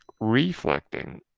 reflecting